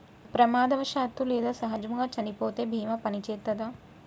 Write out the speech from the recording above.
ప్రమాదవశాత్తు లేదా సహజముగా చనిపోతే బీమా పనిచేత్తదా?